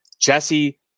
Jesse